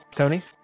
Tony